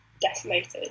decimated